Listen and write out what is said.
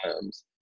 times